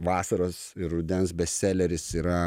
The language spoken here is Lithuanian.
vasaros ir rudens bestseleris yra